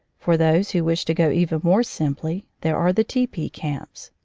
for those who wish to go even more simply, there are the tepee camps.